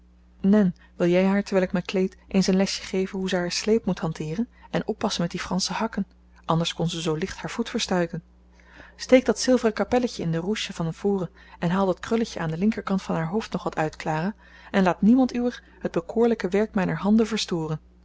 wil jij haar terwijl ik mij kleed eens een lesje geven hoe ze haar sleep moet hanteeren en oppassen met die fransche hakken anders kon ze zoo licht haar voet verstuiken steek dat zilveren kapelletje in de ruche van voren en haal dat krulletje aan den linkerkant van haar hoofd nog wat uit clara en laat niemand uwer het bekoorlijke werk mijner handen verstoren